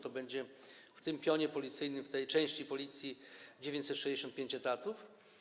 To będzie w tym pionie policyjnym, w tej części Policji 965 etatów.